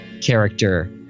character